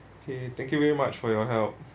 okay thank you very much for your help